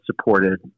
supported